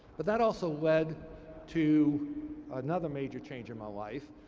but that also led to another major change in my life.